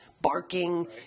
barking